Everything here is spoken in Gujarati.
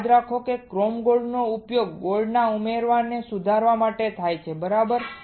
યાદ રાખો કે ક્રોમનો ઉપયોગ ગોલ્ડ ના ઉમેરાને સુધારવા માટે થાય છે બરાબર